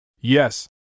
Yes